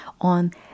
on